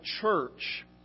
church